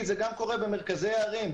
זה גם קורה במרכזי הערים.